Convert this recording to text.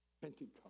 Pentecost